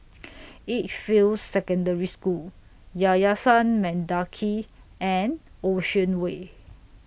Edgefield Secondary School Yayasan Mendaki and Ocean Way